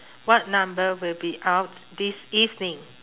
what number will be out this evening